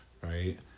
Right